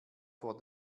vor